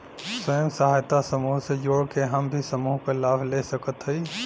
स्वयं सहायता समूह से जुड़ के हम भी समूह क लाभ ले सकत हई?